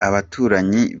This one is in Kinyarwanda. abaturanyi